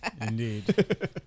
Indeed